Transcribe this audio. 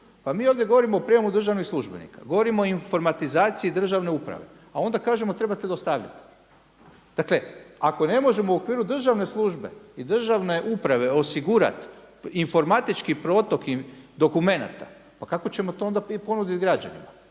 Pa mi ovdje govorimo o prijemu državnih službenika, govorimo o informatizaciji državne uprave, a onda kažemo trebate dostavljati. Dakle ako ne možemo u okviru državne službe i državne uprave osigurati informatički protok dokumenata, pa kako ćemo to onda ponuditi građanima?